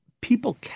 people